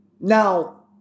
Now